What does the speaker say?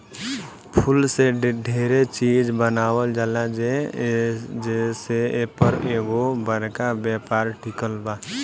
फूल से डेरे चिज बनावल जाला जे से एपर एगो बरका व्यापार टिकल बा